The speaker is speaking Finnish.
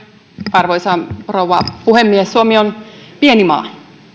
arvoisa rouva puhemies suomi on pieni maa